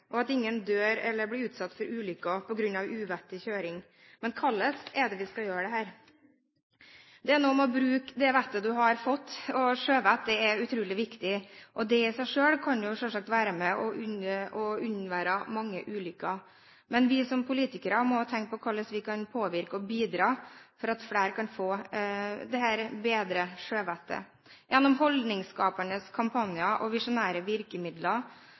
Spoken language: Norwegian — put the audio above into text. og at ingen dør eller blir utsatt for ulykker på grunn av uvettig kjøring. Men hvordan er det vi skal gjøre dette? Det er noe med å bruke det vettet du har fått – sjøvett er utrolig viktig – og det i seg selv kan selvsagt være med og bidra til at en unngår mange ulykker. Men vi som politikere må tenke på hvordan vi kan påvirke og bidra, slik at flere kan få bedre sjøvett – gjennom holdningsskapende kampanjer og visjonære virkemidler,